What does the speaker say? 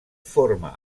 forma